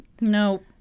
No